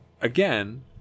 again